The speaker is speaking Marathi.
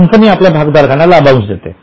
कंपनी आपल्या भागधारकांना लाभांश देते